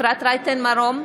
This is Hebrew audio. אפרת רייטן מרום,